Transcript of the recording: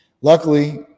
Luckily